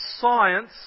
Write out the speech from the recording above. science